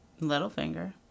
Littlefinger